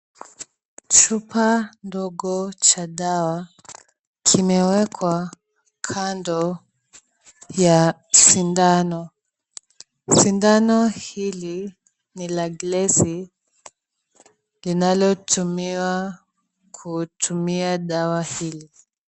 Chupa ndogo cha dawa kimewekwa kando ya sindano. Sindano hili ni la glesi linalotumiwa kutumia dawa hili.